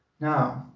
Now